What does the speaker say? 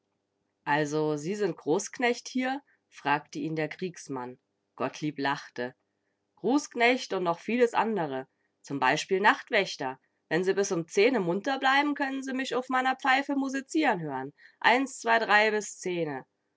also sie sind großknecht hier fragte ihn der kriegsmann gottlieb lachte grußknecht und noch vieles andre zum beispiel nachtwächter wenn sie bis um zehne munter bleiben könn'n se mich uff meiner pfeife musezieren hör'n eins zwei drei bis